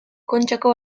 kontxako